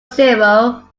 zero